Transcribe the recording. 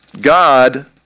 God